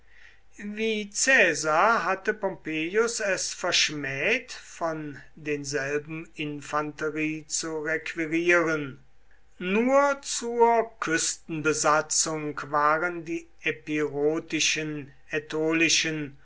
wie caesar hatte pompeius es verschmäht von denselben infanterie zu requirieren nur zur küstenbesatzung waren die epirotischen